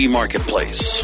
marketplace